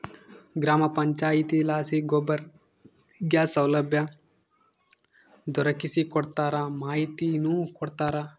ಗ್ರಾಮ ಪಂಚಾಯಿತಿಲಾಸಿ ಗೋಬರ್ ಗ್ಯಾಸ್ ಸೌಲಭ್ಯ ದೊರಕಿಸಿಕೊಡ್ತಾರ ಮಾಹಿತಿನೂ ಕೊಡ್ತಾರ